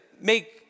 make